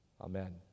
amen